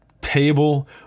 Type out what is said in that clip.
table